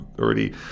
already